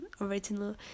original